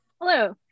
Hello